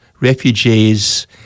refugees